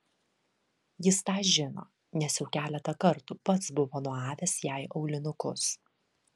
jis tą žino nes jau keletą kartų pats buvo nuavęs jai aulinukus